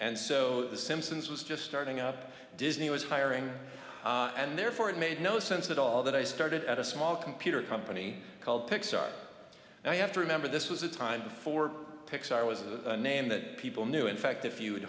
and so this simpsons was just starting up disney was hiring and therefore it made no sense at all that i started at a small computer company called pixar and i have to remember this was a time before pixar was a name that people knew in fact if you'